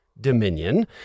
dominion